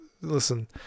listen